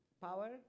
power